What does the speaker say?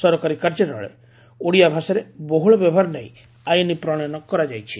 ସରକାରୀ କାର୍ଯ୍ୟାଳୟରେ ଓଡ଼ିଆ ଭାଷାର ବହୁଳ ବ୍ୟବହାର ନେଇ ଆଇନ ପ୍ରଶୟନ କରାଯାଇଛି